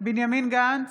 בנימין גנץ,